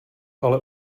ale